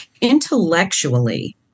intellectually